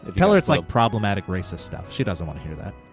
tell her it's like problematic racist stuff. she doesn't wanna hear that.